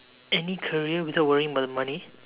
any career without worrying about the money